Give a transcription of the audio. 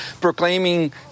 proclaiming